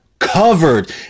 covered